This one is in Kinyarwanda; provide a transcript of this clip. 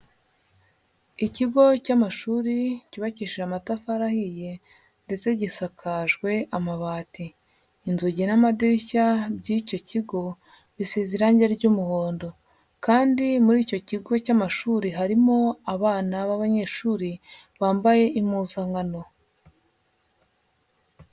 Ikigo cy'amashuri cyubakishije amatafari ahiye ndetse gisakajwe amabati, inzugi n'amadirishya by'icyo kigo bisize irange ry'umuhondo kandi muri icyo kigo cy'amashuri harimo abana b'abanyeshuri bambaye impuzankano.